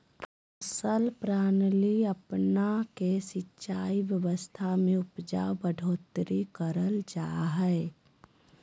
फसल प्रणाली अपना के सिंचाई व्यवस्था में उपज बढ़ोतरी करल जा हइ